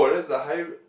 oh that's the high